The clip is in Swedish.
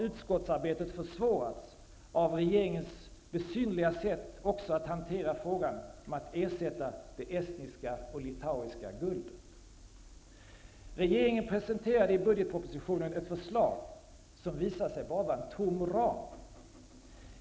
Utskottsarbetet har försvårats också av regeringens besynnerliga sätt att hantera frågan om att ersätta det estniska och litauiska guldet. Regeringen presenterade i budgetpropositionen ett förslag som visade sig vara en tom ram.